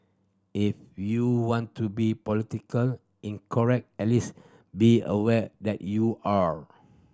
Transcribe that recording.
if you want to be politically incorrect at least be aware that you are